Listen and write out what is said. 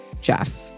Jeff